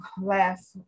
last